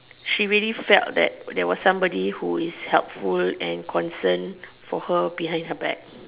she really felt that there was somebody who is helpful and concerned for her behind her back